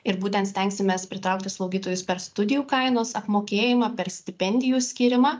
ir būtent stengsimės pritraukti slaugytojus per studijų kainos apmokėjimą per stipendijų skyrimą